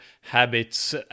habits